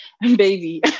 baby